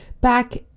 back